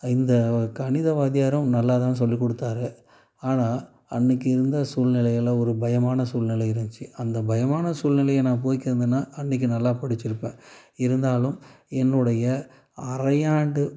இந்த கணித வாத்தியாரும் நல்லா தான் சொல்லிக்கொடுத்தாரு ஆனால் அன்னக்கு இருந்த சூழ்நிலையில ஒரு பயமான சூழ்நிலை இருந்துச்சு அந்த பயமான சூழ்நிலைய நான் போக்கியிருந்தேன்னா அன்னக்கு நல்லா படிச்சிருப்பேன் இருந்தாலும் என்னுடைய அரையாண்டு